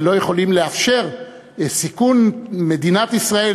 ולא יכולים לאפשר את סיכון מדינת ישראל,